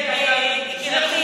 ביני לבין מרגי.